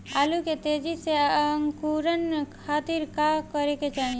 आलू के तेजी से अंकूरण खातीर का करे के चाही?